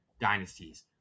dynasties